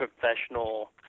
professional